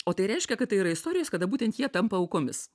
o tai reiškia kad tai yra istorijos kada būtent jie tampa aukomis